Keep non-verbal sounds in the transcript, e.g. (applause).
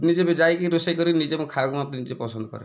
ନିଜେ ବି ଯାଇକି ରୋଷେଇ କରିକି ନିଜେ ମୁଁ ଖାଇବାକୁ (unintelligible) ନିଜେ ପସନ୍ଦ କରେ